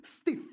stiff